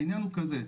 העניין הוא כזה.